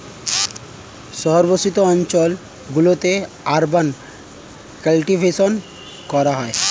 শহর বসতি অঞ্চল গুলিতে আরবান কাল্টিভেশন করা হয়